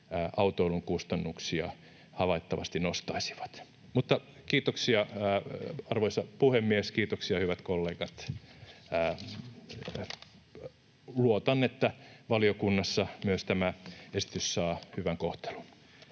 autoilun kustannuksia havaittavasti nostaisivat. Kiitoksia, arvoisa puhemies, kiitoksia, hyvät kollegat. Luotan, että myös valiokunnassa tämä esitys saa hyvän kohtelun.